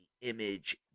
image